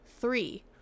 three